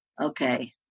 Okay